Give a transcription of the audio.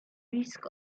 risk